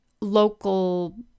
local